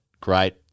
great